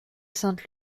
sainte